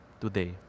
today